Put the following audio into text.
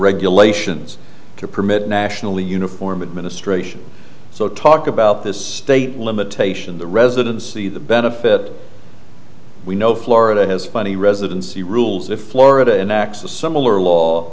regulations to permit nationally uniform administration so talk about this state limitation the residency the benefit we know florida has funny residency rules if florida and acts a similar law